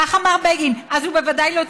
כך אמר בגין, אז הוא בוודאי לא ציוני.